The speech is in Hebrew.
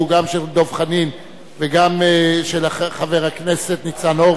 גם של דב חנין וגם של חבר הכנסת ניצן הורוביץ,